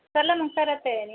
चला मग करा तयारी